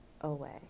away